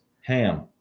ham